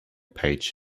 page